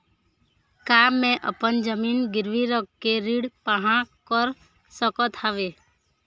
का मैं अपन जमीन गिरवी रख के ऋण पाहां कर सकत हावे?